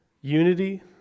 unity